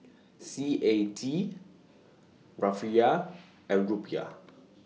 C A D Rufiyaa and Rupiah